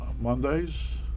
Mondays